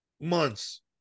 Months